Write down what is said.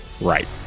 Right